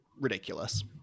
ridiculous